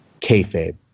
kayfabe